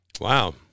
Wow